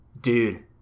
dude